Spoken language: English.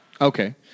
Okay